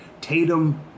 Tatum